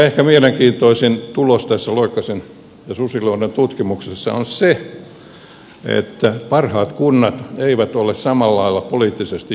ehkä mielenkiintoisin tulos tässä loikkasen ja susiluodon tutkimuksessa on se että parhaat kunnat eivät ole samalla lailla poliittisesti johdettuja